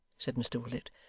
said mr willet.